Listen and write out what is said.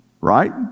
right